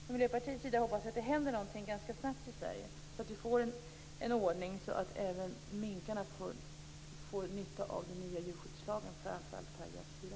Från Miljöpartiets sida hoppas vi att det händer någonting ganska snabbt i Sverige, så att vi får en sådan ordning att även minkarna får nytta av den nya djurskyddslagen, framför allt § 4.